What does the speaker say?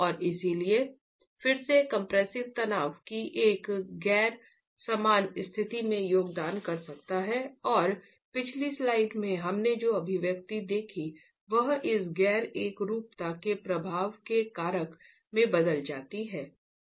और इसलिए फिर से कंप्रेसिव तनाव की एक गैर समान स्थिति में योगदान कर सकता है और इसलिए पिछली स्लाइड में हमने जो अभिव्यक्ति देखी वह इस गैर एकरूपता के प्रभाव में कारक में बदल जाती है